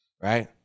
right